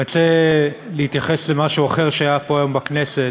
אני רוצה להתייחס למשהו אחר שהיה פה היום בכנסת,